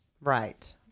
Right